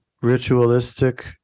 ritualistic